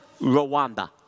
Rwanda